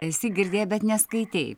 esi girdėję bet neskaitei